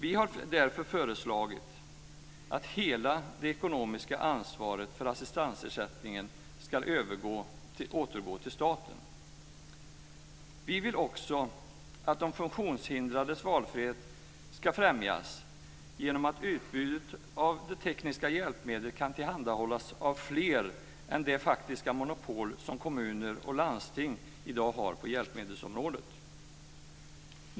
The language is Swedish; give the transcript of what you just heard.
Vi har därför föreslagit att hela det ekonomiska ansvaret för assistansersättningen ska återgå till staten. Vi vill också att de funktionshindrades valfrihet ska främjas genom att utbudet av tekniska hjälpmedel kan tillhandahållas av fler än det faktiska monopol som kommuner och landsting i dag har på hjälpmedelsområdet.